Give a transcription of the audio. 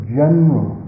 general